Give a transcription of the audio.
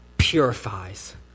purifies